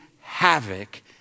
havoc